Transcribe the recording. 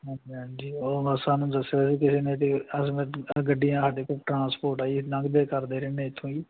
ਹਾਂਜੀ ਹਾਂਜੀ ਉਹ ਸਾਨੂੰ ਦੱਸਿਆ ਸੀ ਕਿਸੇ ਨੇ ਵੀ ਅਸੀਂ ਜਿੱਦਾਂ ਗੱਡੀਆਂ ਸਾਡੇ ਕੋਲ ਟ੍ਰਾਂਸਪੋਰਟ ਆ ਜੀ ਲੰਘਦੇ ਕਰਦੇ ਰਹਿੰਦੇ ਇਥੋਂ ਜੀ